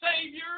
Savior